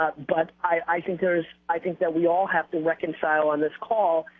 ah but i think there's i think that we all have to reconcile on this call,